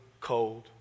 cold